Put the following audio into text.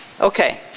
Okay